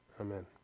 Amen